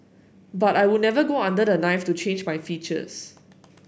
but I would never go under the knife to change my features